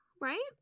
right